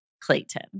Clayton